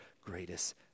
greatest